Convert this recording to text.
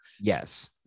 yes